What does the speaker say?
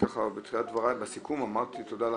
בתחילת דבריי בסיכום אמרתי תודה לכם,